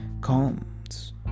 comes